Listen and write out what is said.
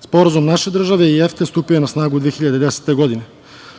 Sporazum naše države i EFTE stupio je na snagu 2010. godine.